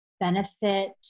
benefit